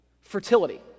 fertility